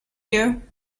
you